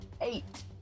Eight